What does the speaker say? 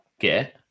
get